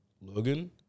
Logan